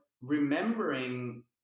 remembering